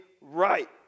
right